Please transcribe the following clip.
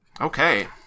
Okay